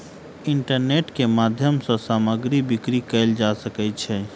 internet के माध्यम सॅ सामग्री बिक्री कयल जा सकै छै